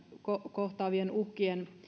kohtaavien uhkien